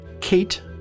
Kate